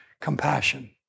compassion